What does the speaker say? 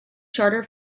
charter